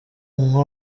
nko